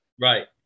Right